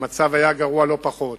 המצב היה גרוע לא פחות.